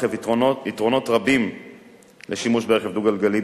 חרף היתרונות הרבים של שימוש ברכב דו-גלגלי,